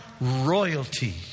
royalty